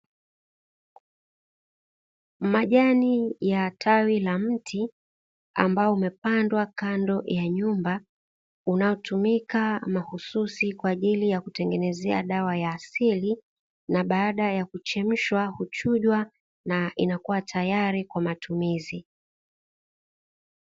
Majani ya tawi la mti ambao umepandwa kando ya nyumba, unaotumika mahususi kwa ajili ya kutengenezea dawa ya asili na baada ya kuchemshwa, huchujwa na inakuwa tayari kwa ajili ya matumizi.